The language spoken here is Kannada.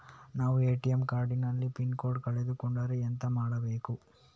ನಾವು ಎ.ಟಿ.ಎಂ ಕಾರ್ಡ್ ನ ಪಿನ್ ಕೋಡ್ ಕಳೆದು ಕೊಂಡ್ರೆ ಎಂತ ಮಾಡ್ಬೇಕು?